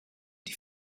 die